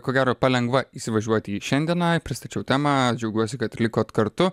ko gero palengva įsivažiuoti į šiandieną pristačiau temą džiaugiuosi kad ir likot kartu